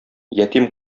ятим